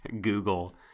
google